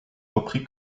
repris